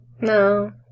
No